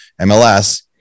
MLS